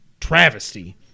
travesty